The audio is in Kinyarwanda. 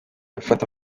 gufata